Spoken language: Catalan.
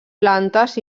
plantes